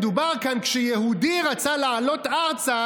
מדובר כאן על כך שיהודי רצה לעלות ארצה